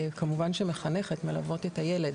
כמובן שמחנכת מלוות את הילד.